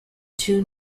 two